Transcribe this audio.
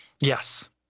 Yes